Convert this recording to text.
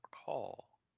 recall